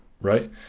right